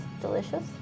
delicious